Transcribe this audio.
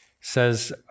says